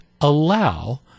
allow